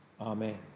Amen